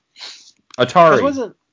Atari